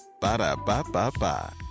Ba-da-ba-ba-ba